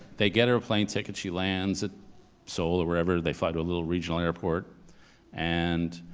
they get her a plane ticket, she lands at seoul or wherever. they find a little regional airport and